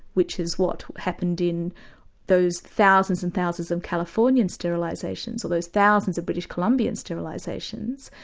which is what happened in those thousands and thousands of californian sterilisations, or those thousands of british columbian sterilisations,